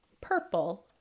Purple